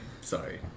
sorry